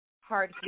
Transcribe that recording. hard